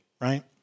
right